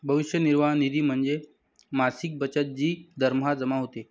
भविष्य निर्वाह निधी म्हणजे मासिक बचत जी दरमहा जमा होते